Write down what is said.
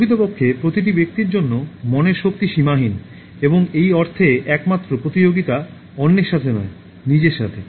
প্রকৃতপক্ষে প্রতিটি ব্যক্তির জন্য মনের শক্তি সীমাহীন এবং এই অর্থে একমাত্র প্রতিযোগিতা অন্যের সাথে নয় নিজের সাথে